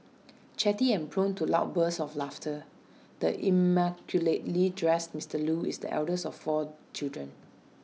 chatty and prone to loud bursts of laughter the immaculately dressed Mister Loo is the eldest of four children